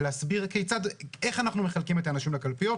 להסביר איך אנחנו מחלקים את האנשים לקלפיות,